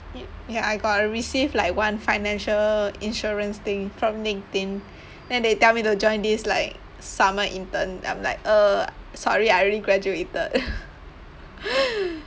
ya I got receive like one financial insurance thing from LinkedIn then they tell me to join this like summer intern I'm like uh sorry I already graduated